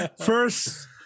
First